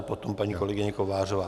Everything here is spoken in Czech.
Potom paní kolegyně Kovářová.